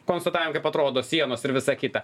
konstatavom kaip atrodo sienos ir visa kita